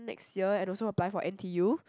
next year and also apply for N_T_U